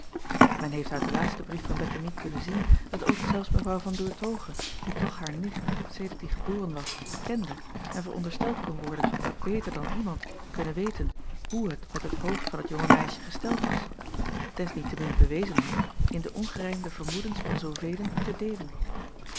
en heeft uit den laatsten brief van ettemie kunnen zien dat ook zelfs evrouw an oertoghe die toch haar nicht sedert die geboren was kende en verondersteld kon worden beter dan iemand te kunnen weten hoe het met het hoofd van het jonge meisje gesteld was des niet te min acob van ennep laasje evenster delen bewezen had in de ongerijmde vermoedens van zoovelen te deelen